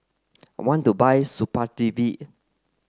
I want to buy Supravit